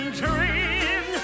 dream